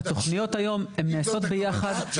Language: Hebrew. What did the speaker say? התוכניות היום הן נעשות ביחד.